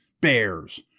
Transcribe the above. Bears